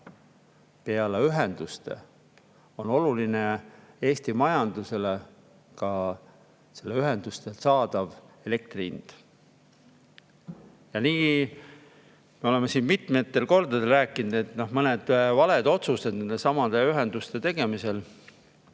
peale ühenduste on Eesti majandusele oluline ka ühenduste kaudu saadava elektri hind. Ja nii me oleme siin mitmel korral rääkinud, et mõned valed otsused nendesamade ühenduste tegemisel